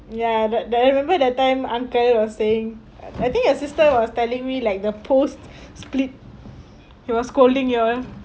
ya the that I remember that time uncle was saying I think your sister was telling me like the pose split he was scolding you all